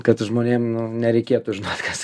kad žmonėm nereikėtų žinot kas